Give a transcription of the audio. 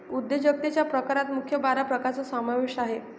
उद्योजकतेच्या प्रकारात मुख्य बारा प्रकारांचा समावेश आहे